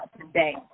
today